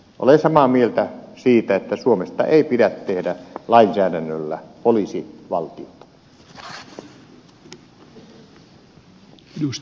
olen samaa mieltä siitä että suomesta ei pidä tehdä lainsäädännöllä poliisivaltiota